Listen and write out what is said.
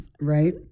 right